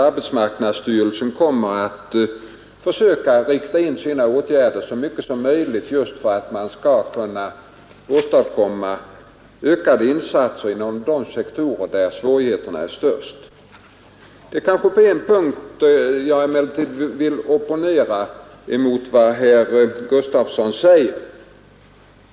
Arbetsmarknadsstyrelsen kommer att försöka rikta in sina åtgärder så mycket som möjligt just på att åstadkomma ökade insatser inom de sektorer där svårigheterna är störst. Det är kanske på en punkt jag vill opponera mot vad herr Gustafsson i Säffle säger.